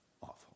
Awful